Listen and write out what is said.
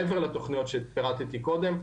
מעבר לתוכניות שפירטתי קודם.